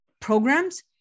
programs